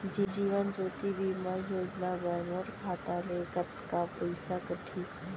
जीवन ज्योति बीमा योजना बर मोर खाता ले कतका पइसा कटही?